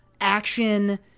action